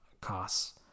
costs